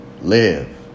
live